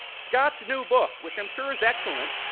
scott's new book, which i'm sureis excellent,